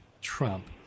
Trump